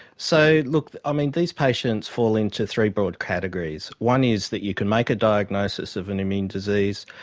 so, look, um and these patients fall into three broad categories. one is that you can make a diagnosis of an immune disease,